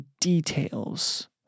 details